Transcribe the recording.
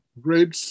grade